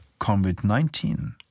COVID-19